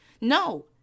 No